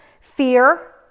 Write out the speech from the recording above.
fear